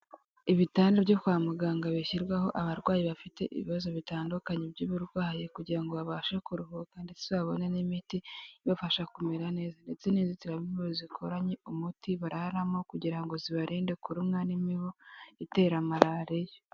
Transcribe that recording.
Ibyo kwa muganga bishyirwaho abarwayi bafite ibibazo bitandukanye by'uburwayi kugira ngo babashe kuruhuka, ndetse babone n'imiti ibafasha kumera neza, ndetse n'inzitiramibu zikoranye umuti bararamo kugira ngo zibarinde kurumwa n'imibu itera marariya.